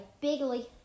bigly